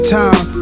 time